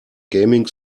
gaming